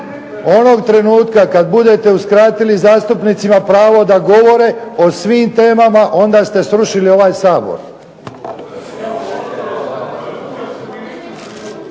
Onog trenutka kada budete uskratili zastupnicima pravo da govore o svim temama, onda ste srušili ovaj Sabor.